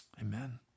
Amen